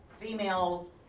Female